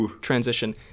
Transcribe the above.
transition